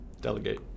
Delegate